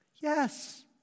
Yes